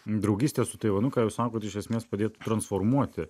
draugystė su taivanu ką jūs sakot iš esmės padėtų transformuoti